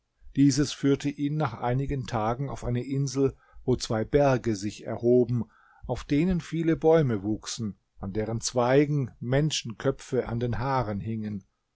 dieses führte ihn nach einigen tagen auf eine insel wo zwei berge sich erhoben auf denen viele bäume wuchsen an deren zweigen menschenköpfe an den haaren hingen